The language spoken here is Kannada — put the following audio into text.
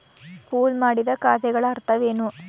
ಪೂಲ್ ಮಾಡಿದ ಖಾತೆಗಳ ಅರ್ಥವೇನು?